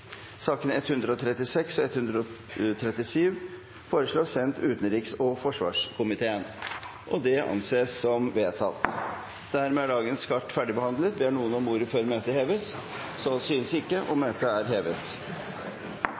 sakene på dagens kart ferdigbehandlet. Ber noen om ordet før møtet heves? Så synes ikke, og møtet er hevet.